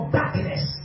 darkness